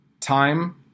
Time